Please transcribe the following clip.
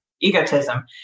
egotism